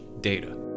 data